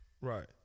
Right